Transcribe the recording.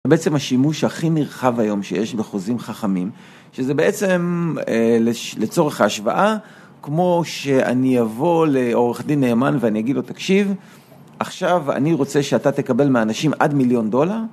בעצם השימוש הכי נרחב היום שיש בחוזים חכמים, שזה בעצם לצורך ההשוואה, כמו שאני אבוא לעורך דין נאמן ואני אגיד לו, תקשיב, עכשיו אני רוצה שאתה תקבל מהאנשים עד מיליון דולר